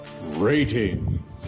rating